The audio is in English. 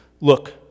Look